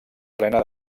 plena